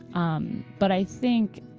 um but i think.